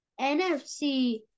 NFC